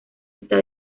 está